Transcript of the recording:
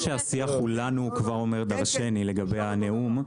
השיח הוא "לנו" כבר אומר דרשני לגבי הנאום.